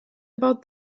about